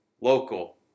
local